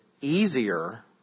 easier